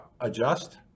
adjust